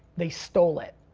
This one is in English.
they stole it.